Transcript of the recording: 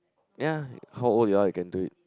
ya how old you are you can do it